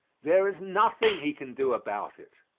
there is nothing he can do about it,